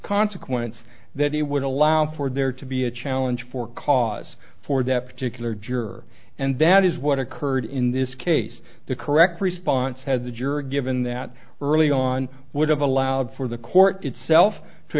consequence that it would allow for there to be a challenge for cause for that particular juror and that is what occurred in this case the correct response had the juror given that early on would have allowed for the court itself to